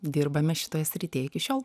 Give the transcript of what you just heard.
dirbame šitoje srityje iki šiol